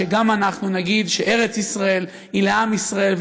שגם אנחנו נגיד שארץ ישראל היא לעם ישראל,